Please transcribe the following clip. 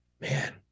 Man